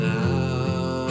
now